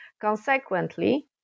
Consequently